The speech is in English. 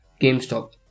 GameStop